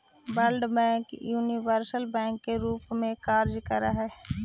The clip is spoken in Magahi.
वर्ल्ड बैंक यूनिवर्सल बैंक के रूप में कार्य करऽ हइ